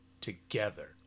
together